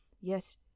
yes